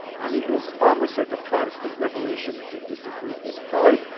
i mean it was almost like a protestant revolution, if you disagreed with freud.